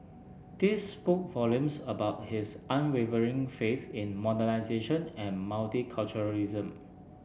this spoke volumes about his unwavering faith in modernisation and multiculturalism